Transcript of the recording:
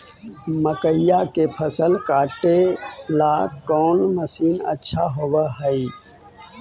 मकइया के फसल काटेला कौन मशीन अच्छा होव हई?